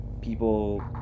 people